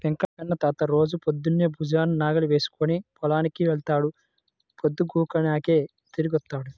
వెంకన్న తాత రోజూ పొద్దన్నే భుజాన నాగలి వేసుకుని పొలానికి వెళ్తాడు, పొద్దుగూకినాకే తిరిగొత్తాడు